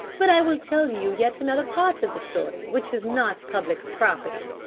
but i will tell you yet another part of the story which is not public property.